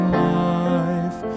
life